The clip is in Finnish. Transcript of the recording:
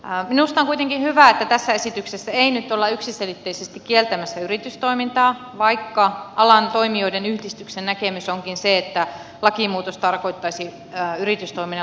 minusta on kuitenkin hyvä että tässä esityksessä ei nyt olla yksiselitteisesti kieltämässä yritystoimintaa vaikka alan toimijoiden yhdistyksen näkemys onkin se että lakimuutos tarkoittaisi yritystoiminnan loppumista